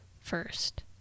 first